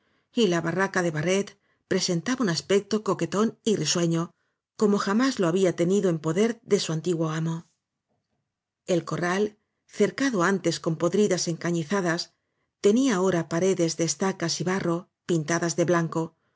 y la barraca cle barret presentaba un aspecto coquetón v f y risueño como ja más lohabía teni do en poder de su antiguo amo el corral cercado antes con podri das encañizadas tenía ahora paredes de estacasy barro pintadas de blan